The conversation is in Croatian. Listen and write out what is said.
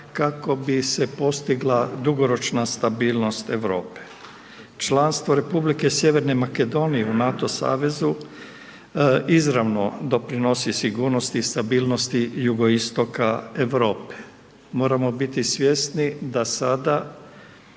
kako bi se postigla dugoročna stabilnost Europe. Članstvo Republike Sjeverne Makedonije u NATO savezu izravno doprinosi sigurnosti i stabilnosti jugoistoka Europe. Moramo biti svjesni da sada